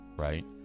right